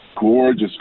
Gorgeous